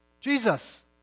Jesus